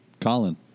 Colin